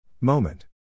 Moment